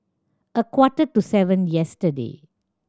a quarter to seven yesterday